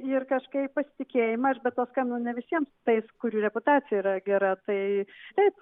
ir kažkaip pasitikėjimas aš be to skambinu ne visiem tais kurių reputacija yra gera tai taip